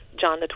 John